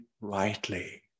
rightly